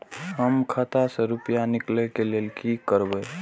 हम खाता से रुपया निकले के लेल की करबे?